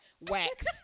wax